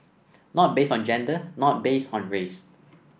not based on gender not based on race